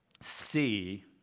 see